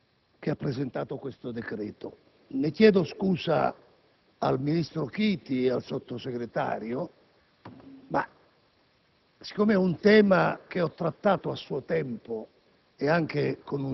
Presidente, sarò molto rapido. Avrei voluto confrontare le mie osservazioni con le tesi esposte dal Ministro